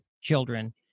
children